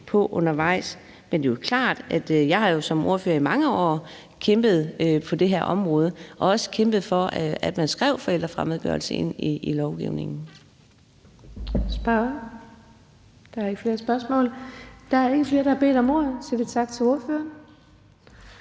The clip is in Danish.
om undervejs. Men det er jo klart, at jeg som ordfører i mange år har kæmpet for det her område og også kæmpet for, at man skrev forældrefremmedgørelse ind i lovgivningen. Kl. 12:33 Den fg. formand (Birgitte Vind): Spørgeren? Der er ikke flere spørgsmål. Der er ikke flere, der har bedt om ordet, så vi siger tak til ordføreren.